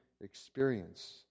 experience